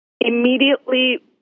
immediately